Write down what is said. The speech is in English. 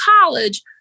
college